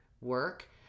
work